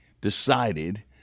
decided